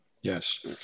Yes